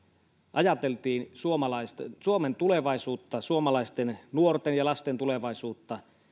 ajateltiin suomen tulevaisuutta suomalaisten nuorten ja lasten tulevaisuutta